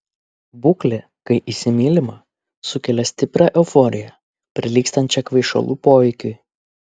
būklė kai įsimylima sukelia stiprią euforiją prilygstančią kvaišalų poveikiui